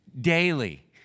Daily